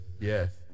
Yes